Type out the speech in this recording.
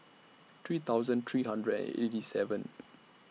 three thousand three hundred and eighty seven